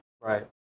Right